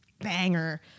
banger